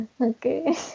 Okay